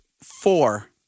four